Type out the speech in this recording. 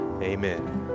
Amen